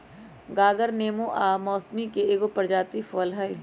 गागर नेबो आ मौसमिके एगो प्रजाति फल हइ